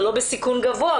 ולא בסיכון גבוה,